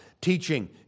Teaching